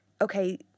okay